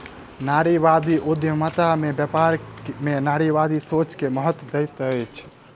नारीवादी उद्यमिता में व्यापार में नारीवादी सोच के महत्त्व दैत अछि